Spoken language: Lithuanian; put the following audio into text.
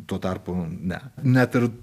tuo tarpu ne net ir